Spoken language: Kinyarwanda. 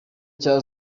cya